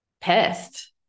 pissed